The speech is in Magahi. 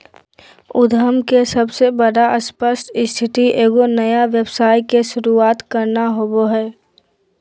उद्यम के सबसे बड़ा स्पष्ट स्थिति एगो नया व्यवसाय के शुरूआत करना होबो हइ